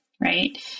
Right